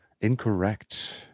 incorrect